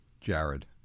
Jared